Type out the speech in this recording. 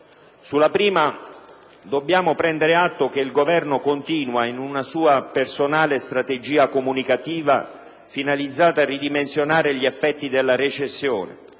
Sulla prima dobbiamo prendere atto che il Governo continua in una sua personale strategia comunicativa finalizzata a ridimensionare gli effetti della recessione